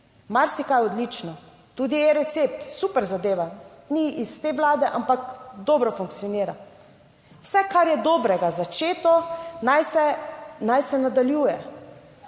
Marsikaj odlično, tudi eRecept, super zadeva. Ni iz te Vlade, ampak dobro funkcionira. Vse, kar je dobrega začeto, naj se, naj se